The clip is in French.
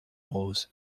rose